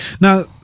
Now